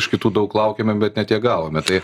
iš kitų daug laukėme bet ne tiek gavome tai